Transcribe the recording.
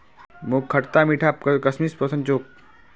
मोक खटता मीठा किशमिश पसंद छोक